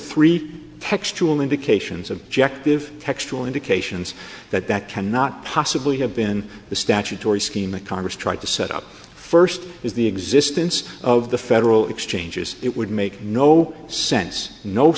three textual indications of jeck give textual indications that that cannot possibly have been the statutory scheme that congress tried to set up first is the existence of the federal exchanges it would make no sense no